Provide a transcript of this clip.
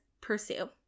pursue